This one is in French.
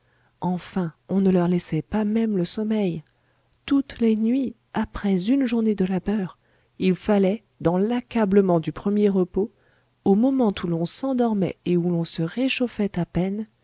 enfin on ne leur laissait pas même le sommeil toutes les nuits après une journée de labeur il fallait dans l'accablement du premier repos au moment où l'on s'endormait et où l'on se réchauffait à peine